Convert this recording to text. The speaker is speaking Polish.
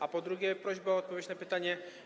A po drugie, prośba o odpowiedź na pytanie: